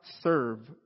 serve